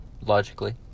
logically